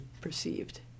perceived